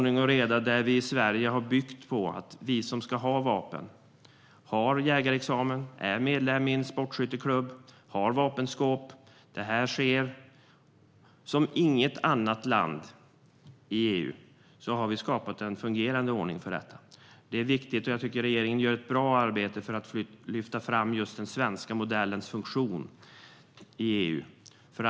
I Sverige har ordningen byggt på att vi som får ha vapen ska ha jägarexamen, ska vara medlemmar i en sportskytteklubb och ska ha vapenskåp. Som inget annat land i EU har vi skapat en fungerande ordning. Jag tycker att regeringen gör ett bra arbete för att lyfta fram just den svenska modellens funktion i EU.